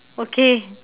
okay